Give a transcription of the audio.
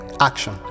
action